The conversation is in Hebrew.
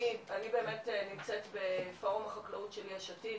אני באמת נמצאת בפורום החקלאות של שתיל,